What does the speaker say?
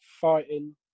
fighting